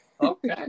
Okay